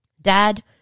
Dad